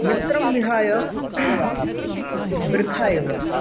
मित्रं विहाय वृथा एव